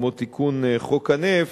כמו תיקון חוק הנפט,